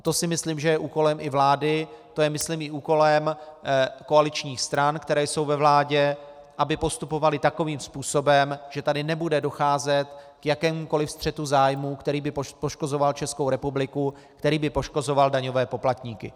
To si myslím, že je úkolem i vlády, to je myslím i úkolem koaličních stran, které jsou ve vládě, aby postupovaly takovým způsobem, že tady nebude docházet k jakémukoli střetu zájmů, který by poškozoval Českou republiku, který by poškozoval daňové poplatníky.